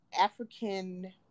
African